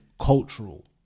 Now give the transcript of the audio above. cultural